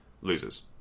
loses